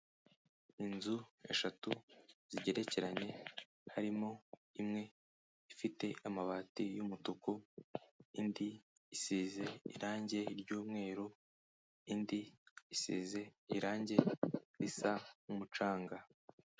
Inzu eshatu zigerekeranye, harimo imwe ifite amabati y'umutuku, indi isize irange ry'umweru, indi isize irangi risa nk'umucanga.